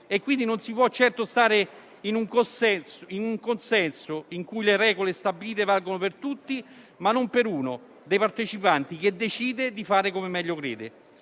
Quindi non si può certo stare in un consesso in cui le regole stabilite valgono per tutti, ma non per uno dei partecipanti, che decide di fare come meglio crede.